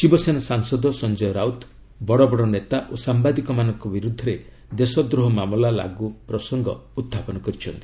ଶିବସେନା ସାଂସଦ ସଂଜୟ ରାଉତ୍ ବଡବଡ ନେତା ଓ ସାୟାଦିକ ମାନଙ୍କ ବିରୁଦ୍ଧରେ ଦେଶଦ୍ରୋହ ମାମଲା ଲାଗୁ ପ୍ରସଙ୍ଗ ଉତ୍ଥାପନ କରିଛନ୍ତି